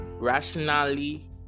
rationally